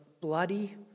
bloody